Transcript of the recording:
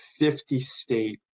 50-state